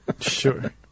Sure